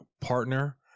partner